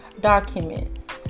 document